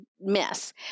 miss